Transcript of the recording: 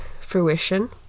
fruition